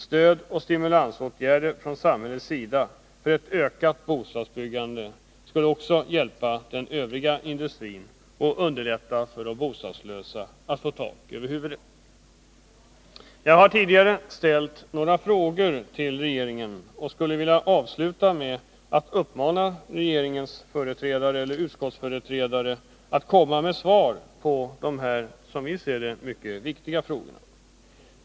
Stöd och stimulansåtgärder från samhällets sida för ett ökat bostadsbyggande skulle också hjälpa den övriga industrin och underlätta för de bostadslösa att få tak över huvudet. Jag har tidigare ställt några frågor till regeringen och skulle vilja avsluta med att uppmana regeringens företrädare eller företrädare för utskottet att komma med svar på de som vi ser det mycket viktiga frågorna.